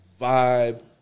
vibe